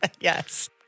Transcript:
Yes